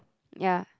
ya